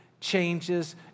changes